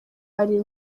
ari